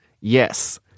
Yes